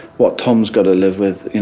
what tom's got to live with, you